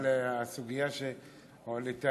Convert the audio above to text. על הסוגיה שהעלית,